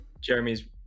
Jeremy's